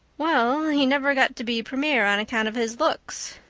well, he never got to be premier on account of his looks,